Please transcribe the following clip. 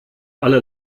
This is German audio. alle